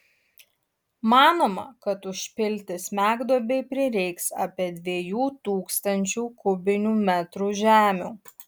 manoma kad užpilti smegduobei prireiks apie dviejų tūkstančių kubinių metrų žemių